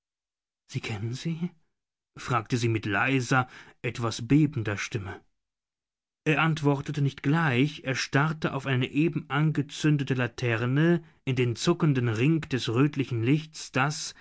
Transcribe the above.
sie kennen sie fragte sie mit leiser etwas bebender stimme er antwortete nicht gleich er starrte auf eine eben angezündete laterne in den zuckenden ring des rötlichen lichts das